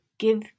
Give